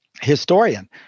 historian